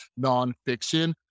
nonfiction